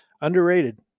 Underrated